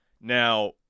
Now